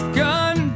gun